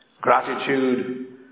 gratitude